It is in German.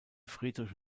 friedrich